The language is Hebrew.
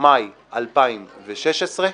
מאי 2016,